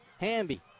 Hamby